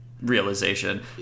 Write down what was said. realization